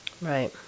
Right